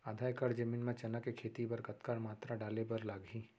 आधा एकड़ जमीन मा चना के खेती बर के कतका मात्रा डाले बर लागही?